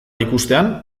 ikustean